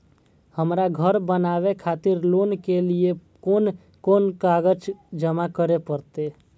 हमरा घर बनावे खातिर लोन के लिए कोन कौन कागज जमा करे परते?